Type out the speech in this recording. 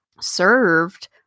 served